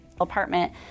apartment